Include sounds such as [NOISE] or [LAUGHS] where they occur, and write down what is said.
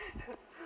[LAUGHS]